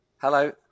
Hello